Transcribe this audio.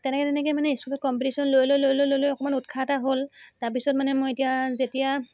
তেনেকৈ তেনেকৈ মানে স্কুলত কম্পিটিশ্যন লৈ লৈ লৈ লৈ লৈ লৈ অকণমান উৎসাহ এটা হ'ল তাৰপিছত মানে মই এতিয়া যেতিয়া